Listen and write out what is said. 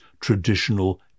traditional